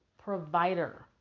provider